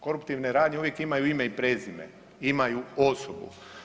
Koruptivne radnje uvijek imaju ime i prezime, imaju osobu.